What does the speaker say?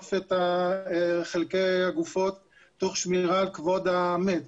לאסוף את חלקי הגופות תוך שמירה על כבוד המת.